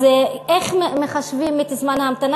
אז איך מחשבים את זמן ההמתנה?